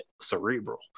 cerebral